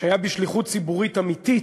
שהיה בשליחות ציבורית אמיתית,